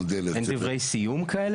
אין דברי סיום כאלה?